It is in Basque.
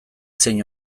zein